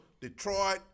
Detroit